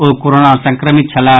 ओ corona संक्रमित छलाह